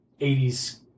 80s